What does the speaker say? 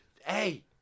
Hey